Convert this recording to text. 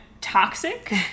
toxic